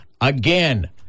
again